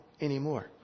anymore